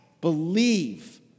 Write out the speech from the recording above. Believe